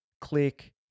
click